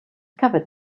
covered